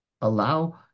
allow